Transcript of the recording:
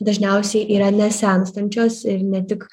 dažniausiai yra nesenstančios ir ne tik